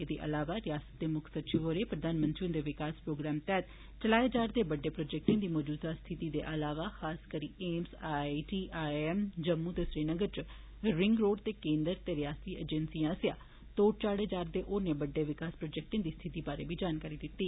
एह्दे अलावा रिआसता दे मुक्ख सचिव होरें प्रधानमंत्री हुंदे विकास प्रोग्राम तैह्त चलाए जा'रदे बड्डे प्रोजेक्टें दी मौजूदा स्थिति दे अलावा खासकरियै AIIMS I I T I I M Jammu ते श्रीनगर च रिंग रोड ते केन्द्री ते रिआसती एजेंसिए आसेआ तोढ़ चाढ़े जा'रदे होरनें बड़डे विकास प्रोजेक्टें दी स्थिति बारै बी जानकारी दित्ती